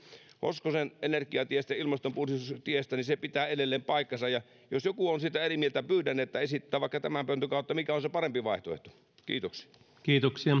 hoskosen energiatiestä ja ilmastonpuhdistustiestä pitää edelleen paikkansa jos joku on siitä eri mieltä niin pyydän että hän esittää vaikka tämä pöntön kautta mikä on se parempi vaihtoehto kiitoksia kiitoksia